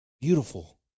Beautiful